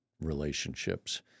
relationships